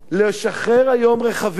לשחרר היום רכבים